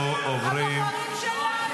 הבוחרים שלנו.